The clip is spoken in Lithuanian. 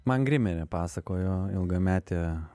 man grimerė pasakojo ilgametė